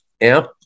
amp